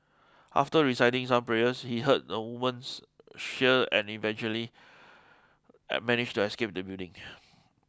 after reciting some prayers he heard a woman's shriek and eventually managed to escape the building